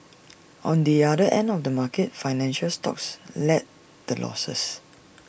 on the other end of the market financial stocks led the losses